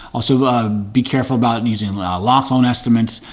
also be careful about and using locked loan estimates.